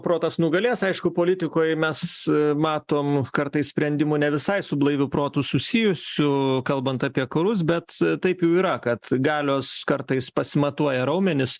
protas nugalės aišku politikoj mes matom kartais sprendimų ne visai su blaiviu protu susijusių kalbant apie karus bet taip jau yra kad galios kartais pasimatuoja raumenis